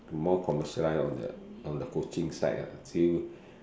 more commercialise on the on the coaching side ah since